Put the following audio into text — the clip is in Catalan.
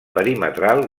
perimetral